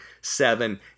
seven